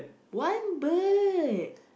one bird